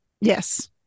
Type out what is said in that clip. yes